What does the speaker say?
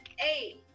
Eight